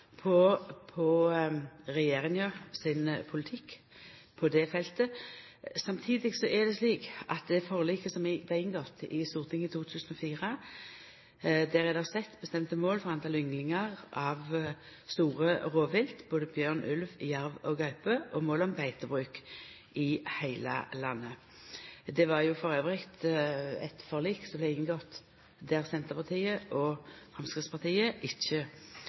på regjeringa sin politikk på dette feltet. Samtidig er det slik at i dette forliket som vart inngått i Stortinget i 2004, er det sett bestemte mål for talet på ynglingar av store rovvilt, både bjørn, ulv og jerv og gaupe, og mål for beitebruk i heile landet. Det var elles eit forlik der Senterpartiet og Framstegspartiet ikkje